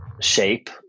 shape